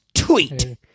Tweet